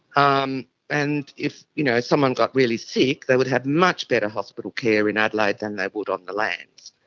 um and if you know someone got really sick, they would have much better hospital care in adelaide than they would on the lands.